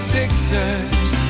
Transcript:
pictures